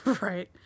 Right